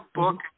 book